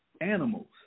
Animals